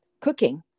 cooking